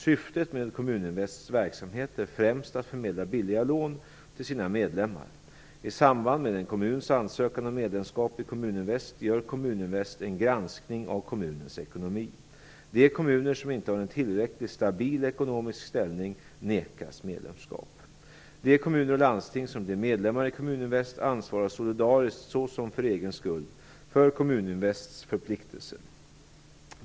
Syftet med Kommuninvests verksamhet är främst att förmedla billiga lån till föreningens medlemmar. I samband med en kommuns ansökan om medlemskap i Kommuninvest gör Kommuninvest en granskning av kommunens ekonomi. De kommuner som inte har en tillräckligt stabil ekonomisk ställning nekas medlemskap. De kommuner och landsting som blir medlemmar i Kommuninvest ansvarar solidariskt, såsom för egen skuld, för Kommuninvests förpliktelser.